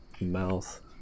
mouth